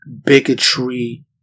bigotry